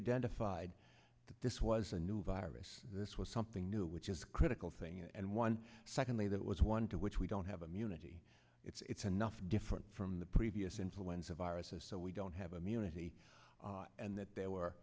identified that this was a new virus this was something new which is critical thing and one secondly that was one to which we don't have immunity it's enough different from the previous influenza viruses so we don't have immunity and that there were